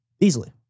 easily